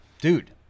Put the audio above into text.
dude